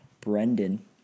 Brendan